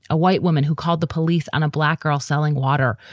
a white woman who called the police on a black girl selling water,